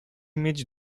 mieć